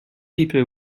people